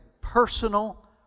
personal